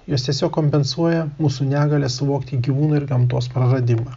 jos tiesiog kompensuoja mūsų negalią suvokti gyvūnų ir gamtos praradimą